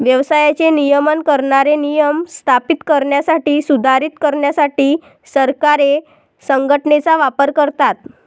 व्यवसायाचे नियमन करणारे नियम स्थापित करण्यासाठी, सुधारित करण्यासाठी सरकारे संघटनेचा वापर करतात